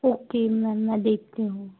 okay ma'am मैं देखती हूँ